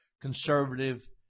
conservative